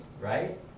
right